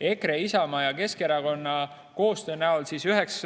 EKRE, Isamaa ja Keskerakonna koostöö näol, siis üheks